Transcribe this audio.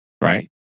right